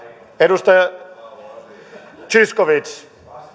edustaja zyskowicz